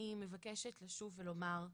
לאזרחים ואומרים